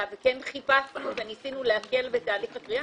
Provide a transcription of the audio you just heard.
וכן חיפשנו וניסינו להקל בתהליך הקריאה,